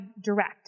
direct